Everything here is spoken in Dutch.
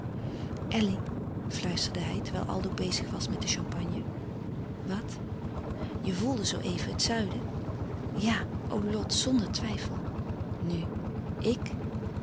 elly fluisterde hij terwijl aldo bezig was met de champagne wat je voelde zoo even het zuiden ja o lot zonder twijfel nu ik